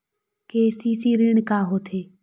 KCC ऋण का होथे?